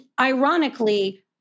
ironically